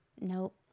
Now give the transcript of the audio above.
Nope